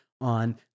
on